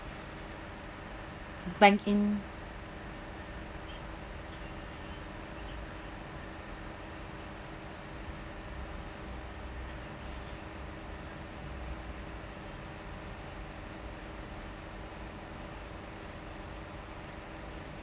bank in